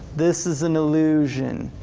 this is an illusion.